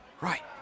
Right